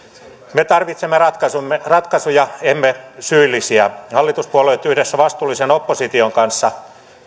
me tarvitsemme ratkaisuja emme syyllisiä hallituspuolueet yhdessä vastuullisen opposition kanssa